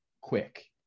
quick